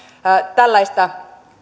tällaista